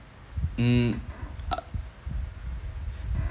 mm